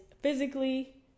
physically